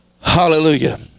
Hallelujah